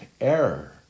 error